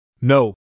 No